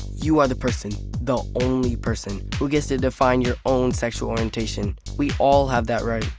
you are the person, the only person, who gets to define your own sexual orientation. we all have that right.